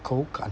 口感 ah